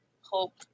hope